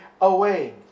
away